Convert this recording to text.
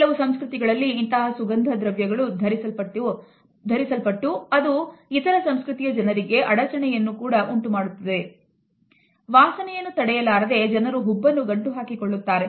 ಕೆಲವು ಸಂಸ್ಕೃತಿಗಳಲ್ಲಿ ಇಂತಹ ಸುಗಂಧದ್ರವ್ಯಗಳು ಧರಿಸಲ್ಪಟ್ಟು ಅದು ಇತರ ಸಂಸ್ಕೃತಿಯ ಜನರಿಗೆ ಅಡಚಣೆಯನ್ನು ಕೂಡ ಉಂಟುಮಾಡುತ್ತದೆ